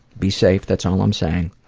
be safe, that's all i'm saying.